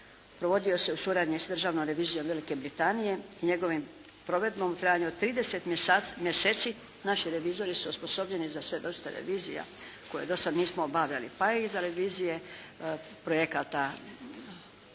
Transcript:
Provodio se u suradnji sa Državnom revizijom Velike Britanije i njegovom provedbom u trajanju od 30 mjeseci. Naši revizori su osposobljeni za sve vrste revizija koje do sada nismo obavljali pa i za revizije projekata